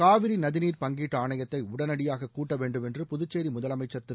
காவிரி நதிநீர் பங்கீட்டு ஆணையத்தை உடனடியாக கூட்ட வேண்டும் என்று புதுச்சேரி முதலமைச்சர் திரு